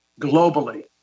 globally